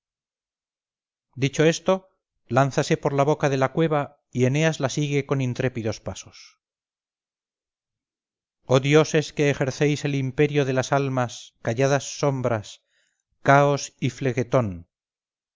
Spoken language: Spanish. dicho esto lánzase por la boca de la cueva y eneas la sigue con intrépidos pasos oh dioses que ejercéis el imperio de las almas calladas sombras caos y flegetón oh